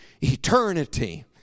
eternity